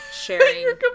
sharing